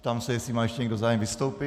Ptám se, jestli má ještě někdo zájem vystoupit.